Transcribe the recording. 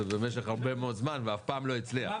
במשך הרבה מאוד זמן ואף פעם לא הצליח.